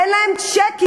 אין להם צ'קים.